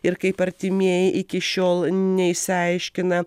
ir kaip artimieji iki šiol neišsiaiškina